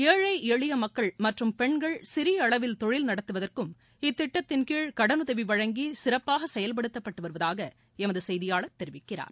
ஏழை எளிய மக்கள் மற்றும் பெண்கள் சிறிய அளவில் தொழில் நடத்துவதற்கும் இத்திட்டத்தின்கீழ் கடனுதவி வழங்கி சிறப்பாக செயல்படுத்தப்பட்டு வருவதாக எமது செய்தியாளர் கூறுகிறார்